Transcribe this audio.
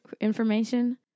information